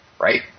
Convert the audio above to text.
right